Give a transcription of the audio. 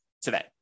today